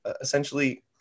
essentially